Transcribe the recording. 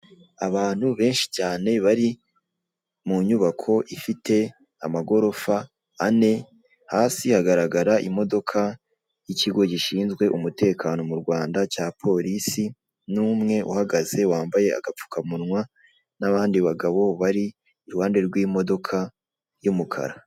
Abantu benshi cyane bari mu nyubako ifite amagorofa ane hasi hagaragara imodoka y'ikigo gishinzwe umutekano mu Rwanda cya polisi, n'umwe uhagaze wambaye agapfukamunwa n'abandi bagabo bari iruhande rw'imodoka y'umukara.